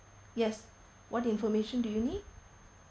yes what information do you need